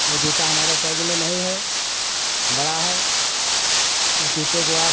वो जूता हमारे साइज़ में नहीं है बड़ा है उस जूते को आप